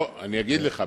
אגיד לך,